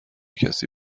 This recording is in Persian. کسی